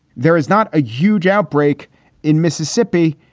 there is not a huge outbreak in mississippi,